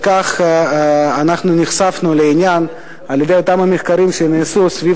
אנחנו נחשפנו לעניין על-ידי אותם מחקרים שנעשו סביב